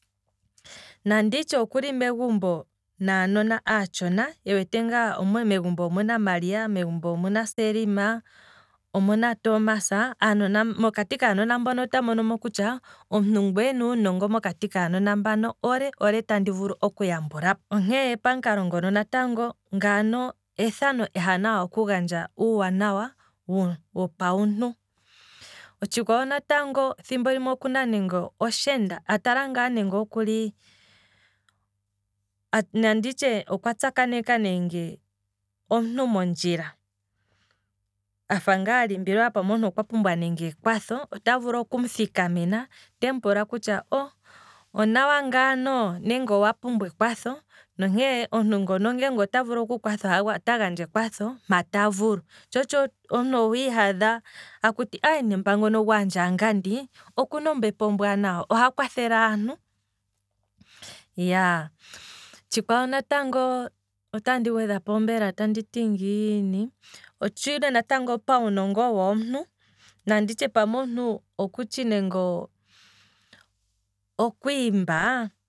Nanditye okuli megumbo ngaa naanona aatshona, ewete ngaa megumbo omuna maria, megumbo omuna selma, omuna tomas, mokati kaanona moka ota monomo kutya omuntu ngu ena uunongo mokati kaanona mbano ole, ole tandi vulu okuya mbulapo, onkee pamukalo nguno ethano ewanawa okugandja uuwanawa wopawuntu, otshi kwawo natngo thimbo limwe okuna nande oshenda, a tala ngaa nande okuli, nanditye okwa tsakaneka nenge omuntu mondjila, afa ngaa a limbililwa pamwe omuntu okwa pumbwa nande ekwatho, ota vulu okumu thikamena, temu pulakutya oh, onawa ngaano nenge owa pumbwa ekwatho, onkee omuntu ngono nge okwa pumbwa ekwatho oto gandja ekwatho mpa tavulu, tsho otsho omuntu ohwi hadha takuti ntumba ngono gwaandja ngandi, okuna ombepo ombwaanawa oha kwathele aantu, iyaa, tshikwawo natango, otandi gwedhako mbela anditi ngiini, otshili natango pawunongo womuntu, nanditye pamwe omuntu okutshi nenge okwiimba